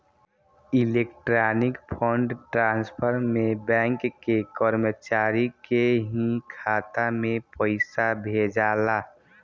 electronic fund transfer में bank के कर्मचारी के ही खाता में पइसा भेजाला